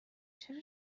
چرا